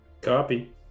Copy